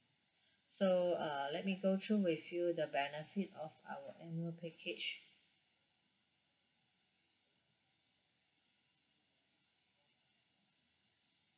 so uh let me go through with you the benefit of our annual package